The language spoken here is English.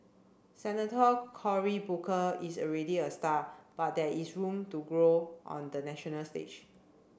Senator Cory Booker is already a star but there is room to grow on the national stage